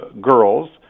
girls